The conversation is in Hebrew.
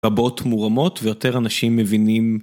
רבות מורמות ויותר אנשים מבינים.